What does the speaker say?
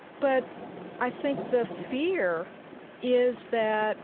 but i think the fear is that